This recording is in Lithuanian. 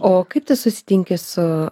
o kaip tu susitinki su